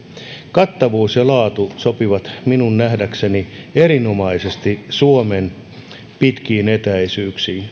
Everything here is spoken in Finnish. kattavuus ja laatu sopivat minun nähdäkseni erinomaisesti suomen pitkiin etäisyyksiin